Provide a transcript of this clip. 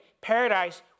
paradise